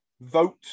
vote